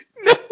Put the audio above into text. No